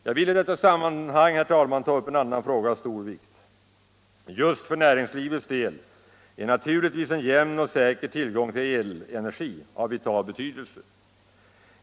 Jag vill i detta sammanhang, herr talman, ta upp en annan fråga av stor vikt. Just för näringslivets del är naturligtvis en jämn och säker tillgång till elenergi av vital betydelse.